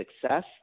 success